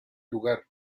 lugar